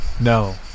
No